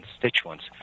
constituents